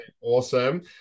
Awesome